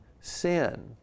sin